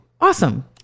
awesome